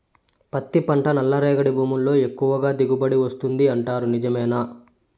పత్తి పంట నల్లరేగడి భూముల్లో ఎక్కువగా దిగుబడి వస్తుంది అంటారు నిజమేనా